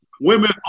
Women